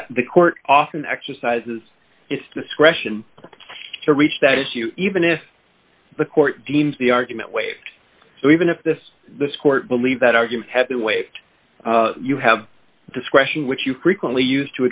that the court often exercises its discretion to reach that issue even if the court deems the argument way so even if this this court believe that argument has been waived you have discretion which you frequently use